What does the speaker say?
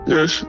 Yes